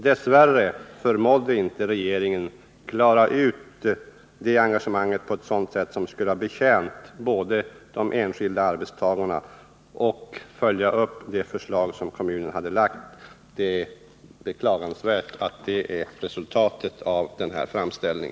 Dess värre förmådde inte regeringen att engagera sig på ett sådant sätt att det kunde vara till hjälp för de enskilda arbetstagarna och inte heller att följa upp det förslag som kommunen lade fram. Det är beklagansvärt att detta är vad som blev resultatet av kommunens framställning.